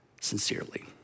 sincerely